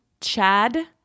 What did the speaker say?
Chad